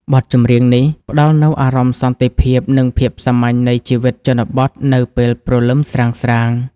បទចម្រៀងនេះផ្ដល់នូវអារម្មណ៍សន្តិភាព និងភាពសាមញ្ញនៃជីវិតជនបទនៅពេលព្រលឹមស្រាងៗ។